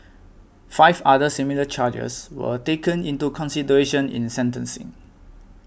five other similar charges were taken into consideration in sentencing